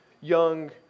young